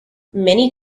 many